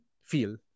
feel